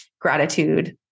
gratitude